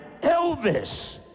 Elvis